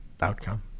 outcome